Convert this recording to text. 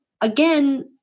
again